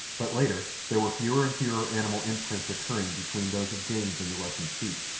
but later there were fewer and fewer animal imprints occurring between those of jane's and the russian's feet,